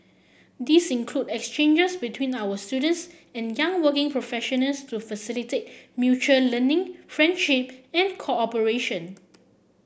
these include exchanges between our students and young working professionals to facilitate mutual learning friendship and cooperation